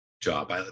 job